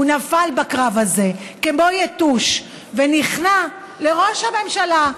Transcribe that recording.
הוא נפל בקרב הזה כמו יתוש ונכנע לראש הממשלה,